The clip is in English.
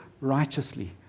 righteously